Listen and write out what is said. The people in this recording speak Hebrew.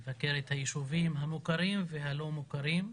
לבקר את היישובים המוכרים והלא מוכרים,